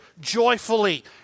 joyfully